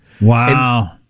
wow